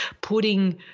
putting